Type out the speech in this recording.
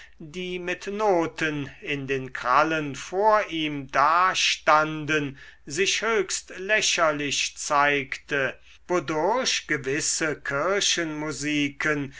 die mit noten in den krallen vor ihm da standen sich höchst lächerlich zeigte wodurch gewisse kirchenmusiken